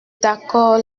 d’accord